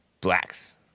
Blacks